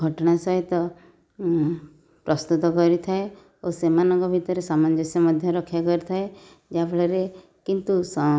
ଘଟଣା ସହିତ ପ୍ରସ୍ତୁତ କରିଥାଏ ଓ ସେମାନଙ୍କ ଭିତରେ ସାମଞ୍ଜସ୍ୟ ମଧ୍ୟ ରକ୍ଷା କରିଥାଏ ଯାହାଫଳରେ କିନ୍ତୁ